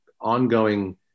ongoing